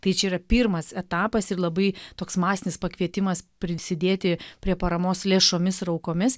tai čia yra pirmas etapas ir labai toks masinis pakvietimas prisidėti prie paramos lėšomis ir aukomis